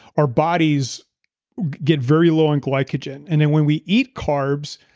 our bodies get very low in glycogen and then when we eat carbs,